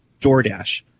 DoorDash